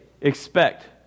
expect